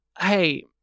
hey